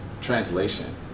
Translation